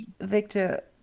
Victor